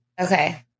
Okay